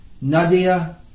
Nadia